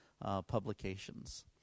publications